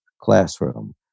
classroom